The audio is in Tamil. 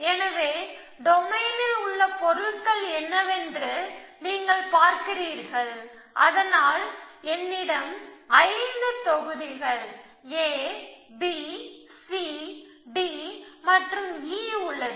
எனவே டொமைனில் உள்ள பொருள்கள் என்னவென்று நீங்கள் பார்க்கிறீர்கள் அதனால் என்னிடம் 5 தொகுதிகள் A B C D E உள்ளது